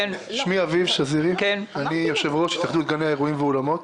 אני יושב-ראש התאחדות גני האירועים והאולמות.